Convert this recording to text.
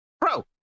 Bro